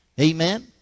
Amen